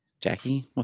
Jackie